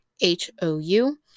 H-O-U